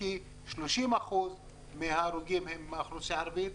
כי 30% מההרוגים הם מהאוכלוסייה הערבית.